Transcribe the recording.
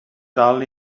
dal